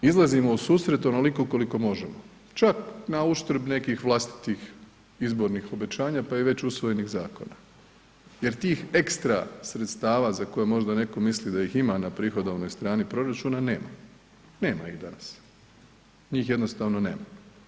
Izlazimo u susret onoliko koliko možemo, čak na uštrb nekih vlastitih izbornih obećanja pa i već usvojenih zakona jer tih ekstra sredstava za koje možda neko misli da ih ima na prihodovnoj strani proračuna nema, nema ih danas, njih jednostavno nema.